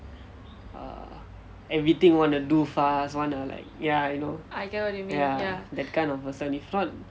err everything wanna do fast wanna like ya you know ya that kind of person if not